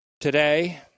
Today